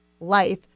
life